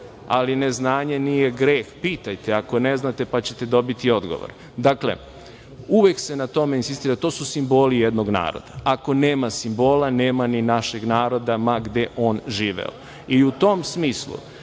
ali neznanje nije greh, pitajte ako ne znate, pa ćete dobiti odgovor. Dakle, uvek se na tome insistira i to su simboli jednog naroda, ako nema simbola, nema ni našeg naroda ma gde on živeo i u tom smislu,